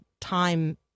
time